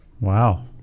Wow